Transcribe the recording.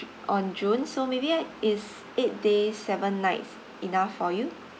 on june so maybe eight is eight days seven nights enough for you